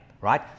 right